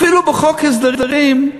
אפילו בחוק ההסדרים,